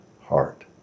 heart